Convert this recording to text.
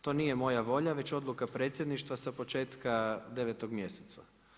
To nije moja volja, već odluka predsjedništva sa početka 9. mjeseca.